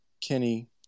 Kenny